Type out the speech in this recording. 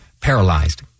paralyzed